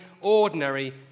ordinary